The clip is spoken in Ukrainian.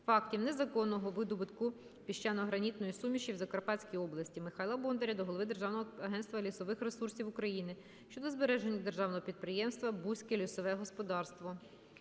незаконного видобутку піщано-гранітної суміші в Закарпатській області. Михайла Бондаря до Голови Державного агентства лісових ресурсів України щодо збереження Державного підприємства "Буське лісове господарство".